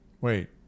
Wait